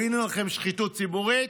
הינה לכם שחיתות ציבורית,